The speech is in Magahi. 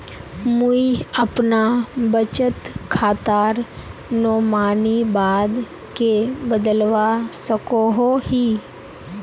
मुई अपना बचत खातार नोमानी बाद के बदलवा सकोहो ही?